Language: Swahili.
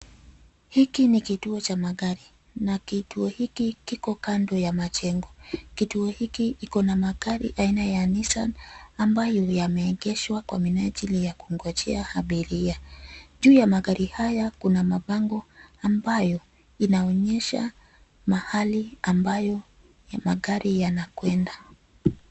Hiki ni kituo cha magari na kituo hiki kiko kando ya majengo. Kituo hiki iko na magari aina ya Nissan ambayo yameegeshwa kwa minajili ya kungojea abiria . Juu ya magari haya kuna mabango ambayo inaonyesha mahali ambayo ya magari yanakwenda.